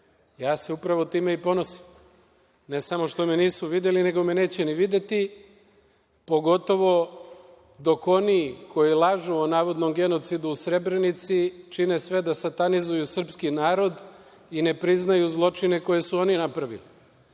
Ja se upravo time i ponosim. Ne samo što me nisu videli, nego me neće ni videti, pogotovo dok oni koji lažu o navodnom genocidu u Srebrenici, čine sve da satanizuju srpski narod i ne priznaju zločine koje su oni napravili. Vi